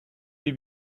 les